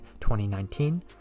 2019